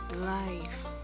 Life